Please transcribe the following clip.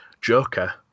Joker